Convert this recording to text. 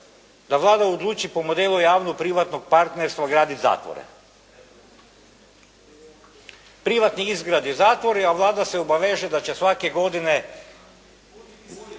da Vlada odluči po modelu javno-privatnog partnerstva gradit zatvore. Privatnik izradi zatvor, a Vlada se obaveže da će svake godine